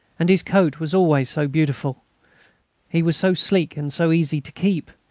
and his coat was always so beautiful he was so sleek and so easy to keep.